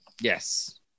Yes